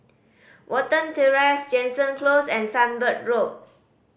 Watten Terrace Jansen Close and Sunbird Road